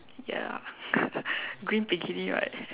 ya green bikini right